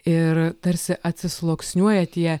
ir tarsi atsisluoksniuoja tie